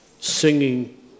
singing